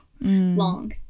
long